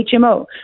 HMO